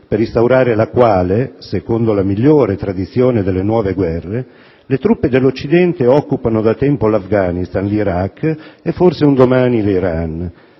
per instaurare la quale, secondo la migliore tradizione delle nuove guerre, le truppe dell'Occidente occupano da tempo l'Afghanistan, l'Iraq e forse, un domani, l'Iran.